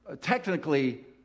technically